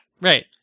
Right